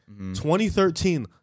2013